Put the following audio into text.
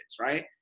right